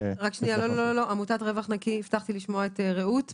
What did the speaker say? רעות מעמותת רווח נקי, בבקשה.